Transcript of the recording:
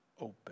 open